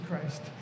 Christ